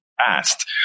asked